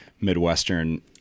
Midwestern